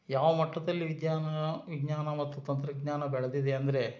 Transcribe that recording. ಯಾವ ಮಟ್ಟದಲ್ಲಿ ವಿದ್ಯಾನ ವಿಜ್ಞಾನ ಮತ್ತು ತಂತ್ರಜ್ಞಾನ ಬೆಳೆದಿದೆ ಅಂದರೆ